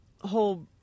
whole